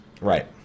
Right